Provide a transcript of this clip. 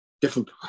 different